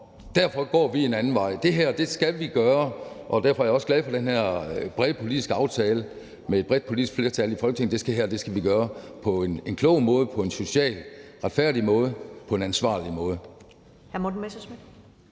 derfor går vi en anden vej. Det her skal vi gøre, og derfor er jeg også glad for den her brede politiske aftale med et bredt politisk flertal i Folketinget. Det her skal vi gøre på en klog måde, på en socialt retfærdig måde, på en ansvarlig måde.